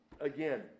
again